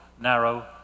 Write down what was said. narrow